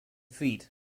feet